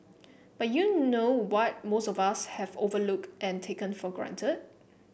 but you know what most of us have overlooked and taken for granted